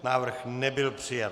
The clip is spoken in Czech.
Návrh nebyl přijat.